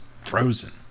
frozen